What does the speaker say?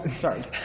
sorry